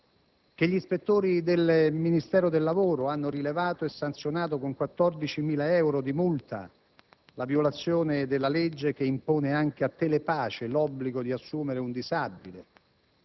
che gli ispettori del Ministero del lavoro hanno rilevato e sanzionato, con 14.000 euro di multa, la violazione della legge che impone anche a Telepace l'obbligo di assumere un disabile;